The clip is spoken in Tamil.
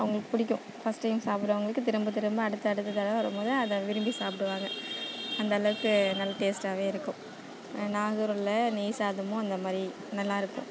அவங்களுக்கு பிடிக்கும் ஃபஸ்ட் டைம் சாப்புடுறவங்களுக்கு திரும்ப திரும்ப அடுத்தடுத்த தடவை வரும்போது அதை விரும்பி சாப்புடுவாங்க அந்தளவுக்கு நல்ல டேஸ்ட்டாக இருக்கும் நாகூரில் நெய் சாதமும் அந்த மாதிரி நல்லாயிருக்கும்